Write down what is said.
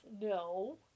no